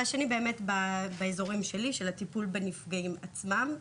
והשני באזורים שלי, של הטיפול בנפגעים עצמם.